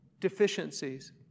deficiencies